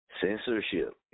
censorship